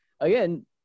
again